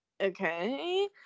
okay